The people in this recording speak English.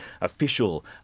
official